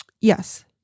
Yes